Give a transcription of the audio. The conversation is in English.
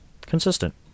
consistent